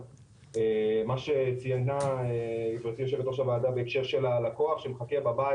מה שציינה גברתי יושבת-ראש הוועדה בהקשר של הלקוח שמחכה בבית,